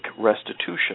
restitution